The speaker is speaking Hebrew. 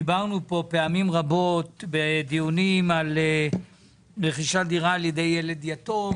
דיברנו פה פעמים רבות על רכישת דירה על ידי ילד יתום,